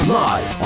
live